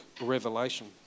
Revelation